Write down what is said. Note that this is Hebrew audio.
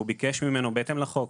והוא ביקש ממנו בהתאם לחוק